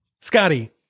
Scotty